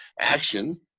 action